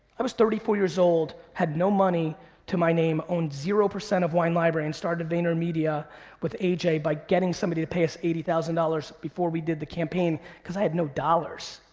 i was thirty four years old, had no money to my name, owned zero percent of wine library and started vaynermedia with aj by getting somebody to pay us eighty thousand dollars before we did the campaign, cause i had no dollars.